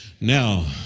Now